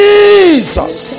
Jesus